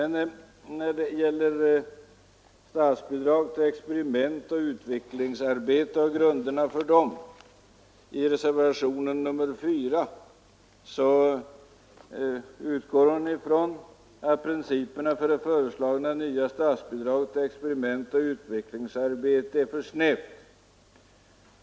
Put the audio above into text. När det gäller grunderna för statsbidrag till experiment och utvecklingsarbete utgår fru Frenkel i reservationen 4 från att principerna för det föreslagna statsbidraget är för snäva.